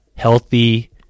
healthy